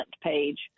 page